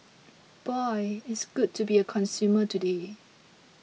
boy it's good to be a consumer today